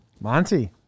Monty